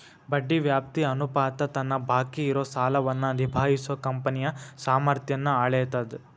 ಬಡ್ಡಿ ವ್ಯಾಪ್ತಿ ಅನುಪಾತ ತನ್ನ ಬಾಕಿ ಇರೋ ಸಾಲವನ್ನ ನಿಭಾಯಿಸೋ ಕಂಪನಿಯ ಸಾಮರ್ಥ್ಯನ್ನ ಅಳೇತದ್